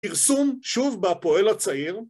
פרסום שוב בפועל הצעיר